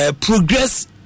Progress